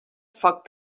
foc